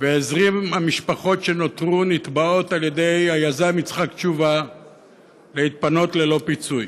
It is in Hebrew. ו-20 המשפחות שנותרו נתבעות על ידי היזם יצחק תשובה להתפנות ללא פיצוי.